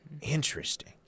Interesting